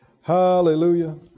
Hallelujah